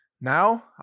Now